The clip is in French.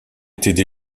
étaient